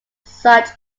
such